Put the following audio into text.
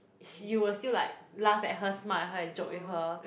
she will still like laugh at her smile at her and joke with her